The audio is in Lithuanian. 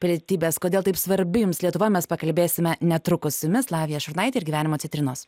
pilietybės kodėl taip svarbi jums lietuva mes pakalbėsime netrukus su jumis lavija šurnaitė ir gyvenimo citrinos